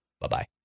bye-bye